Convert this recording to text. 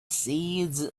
seeds